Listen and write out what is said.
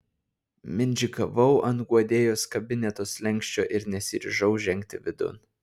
mindžikavau ant guodėjos kabineto slenksčio ir nesiryžau žengti vidun